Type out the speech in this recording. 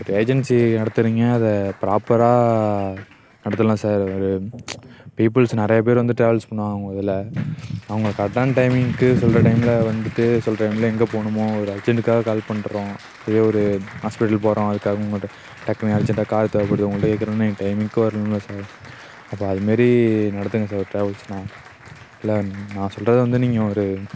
ஒரு ஏஜென்சி நடத்தறீங்க அதை ப்ராப்பராக நடத்தலாம் சார் ஒரு பீப்புள்ஸ் நிறைய பேர் வந்து ட்ராவல்ஸ் பண்ணுவாங்க உங்கள் இதில் அவங்க கரெட்டான டைமிங்க்கு சொல்கிற டைமில் வந்துட்டு சொல்லுற டைமில் எங்கே போகணுமோ ஒரு அர்ஜெண்டுக்காக கால் பண்ணுறோம் இதே ஒரு ஹாஸ்பிட்டல் போகிறோம் அதுக்காகவும் உங்கள்ட்ட டக்குன்னு அர்ஜென்டாக கார் தேவைப்படுது உங்ககிட்ட கேட்கறேன்னா நீங்கள் டைமிங்க்கு வரணுல்லை சார் அப்போது அதுமாரி நடத்துங்கள் சார் ட்ராவல்ஸ்லாம் இல்லை நான் சொல்றதை வந்து நீங்கள் ஒரு